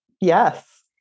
Yes